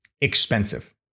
Expensive